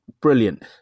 Brilliant